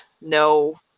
no